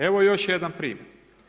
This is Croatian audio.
Evo još jedan primjer.